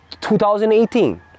2018